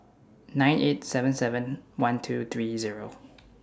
nine eight seven seven one two three Zero